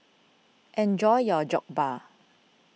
enjoy your Jokbal